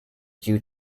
due